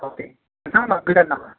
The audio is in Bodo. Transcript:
अके नोंथां मोना गोदान नामा